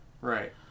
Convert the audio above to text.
Right